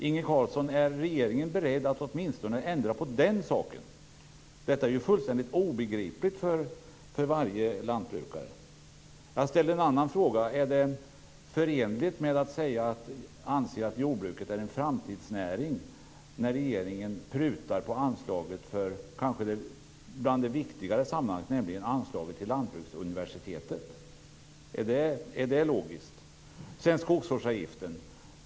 Är regeringen beredd, Inge Carlsson, att åtminstone ändra på den saken? Detta är ju fullständigt obegripligt för varje lantbrukare. Är det förenligt att anse att jordbruket är en framtidsnäring när regeringen prutar på anslaget för det viktiga i sammanhanget, nämligen anslaget till Lantbruksuniversitetet? Är det logiskt? Sedan var det skogsvårdsavgiften.